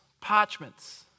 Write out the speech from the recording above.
parchments